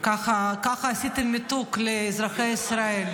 ככה עשיתם ניתוק לאזרחי ישראל.